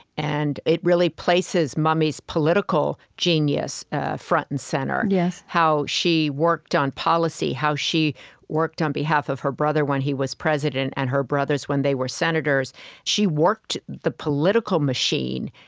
and it really places mummy's political genius front and center how she worked on policy how she worked on behalf of her brother when he was president, and her brothers when they were senators she worked the political machine,